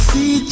See